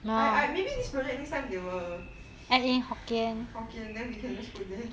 I I maybe this project next time they will hokkien then we can just put there